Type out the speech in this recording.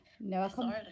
No